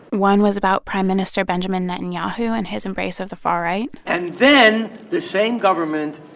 one was about prime minister benjamin netanyahu and his embrace of the far-right and then the same government